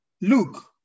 look